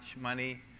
money